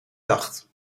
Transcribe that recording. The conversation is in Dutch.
dacht